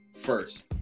first